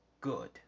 good